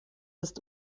ist